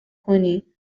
کنین